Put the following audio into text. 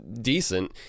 decent